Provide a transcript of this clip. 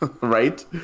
right